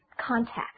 contact